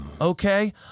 Okay